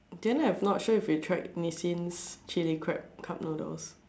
then I'm not sure if you tried Nissin's chilli crab cup noodles